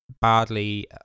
badly